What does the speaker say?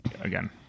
again